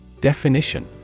Definition